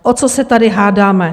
O co se tady hádáme?